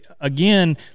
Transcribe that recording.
again